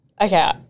Okay